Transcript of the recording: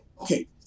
Okay